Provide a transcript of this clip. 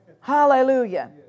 Hallelujah